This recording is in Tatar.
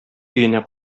өенә